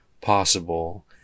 possible